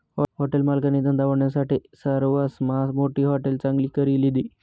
hotel मालकनी धंदा वाढावानासाठे सरवासमा मोठी हाटेल चांगली करी लिधी